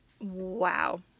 Wow